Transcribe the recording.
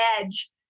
edge